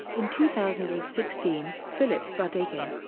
in two thousand and sixteen, philipp budeikin,